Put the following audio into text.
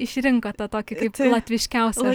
išrinko tą tokį kaip latviškiausią